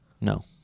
No